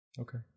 Okay